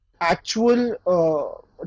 actual